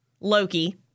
Loki